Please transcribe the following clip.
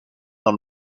dans